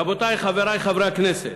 רבותי חברי הכנסת,